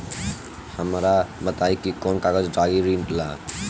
हमरा बताई कि कौन कागज लागी ऋण ला?